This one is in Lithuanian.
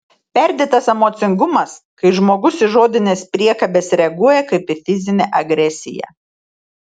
perdėtas emocingumas kai žmogus į žodines priekabes reaguoja kaip į fizinę agresiją